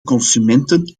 consumenten